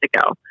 ago